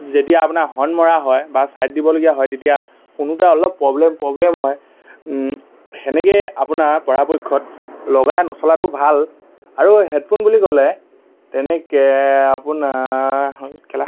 যেতিয়া আপোনাৰ হৰ্ণ মৰা হয় বা ছাইড দিবলগীয়া হয় তেতিয়া শুনোতে অলপ প্ৰব্লেম প্ৰব্লেম হয় সেনেকেই আপোনাৰ পৰাপক্ষত লগাই নচলাটো ভাল আৰু হেডফোন বুলি ক'লে তেনেকে আপোনাৰ